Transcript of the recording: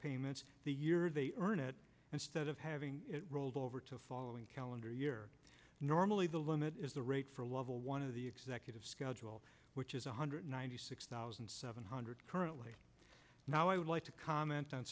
payments the year they earn it instead of having it rolled over to the following calendar year normally the limit is the rate for level one of the executive schedule which is one hundred ninety six thousand seven hundred currently now i would like to comment on